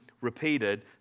repeated